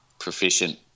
proficient